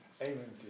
Amen